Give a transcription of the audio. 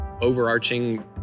overarching